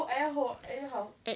eh ho~ eh house